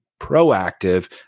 proactive